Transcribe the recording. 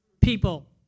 people